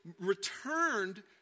returned